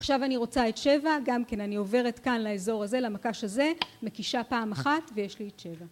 עכשיו אני רוצה את שבע, גם כן, אני עוברת כאן לאזור הזה, למקש הזה, מקישה פעם אחת - ויש לי את שבע.